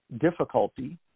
Difficulty